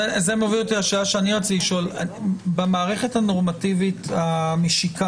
זה מוביל אותי לשאלה שרציתי לשאול: במערכת הנורמטיבית המשיקה,